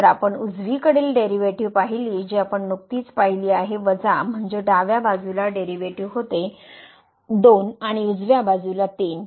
तर आपण उजवीकडील डेरिव्हेटिव्ह पाहिली जी आपण नुकतीच पाहिली आहे वजा म्हणजे डाव्या बाजूला डेरिव्हेटिव्ह होते 2 आणि उजव्या बाजूला 3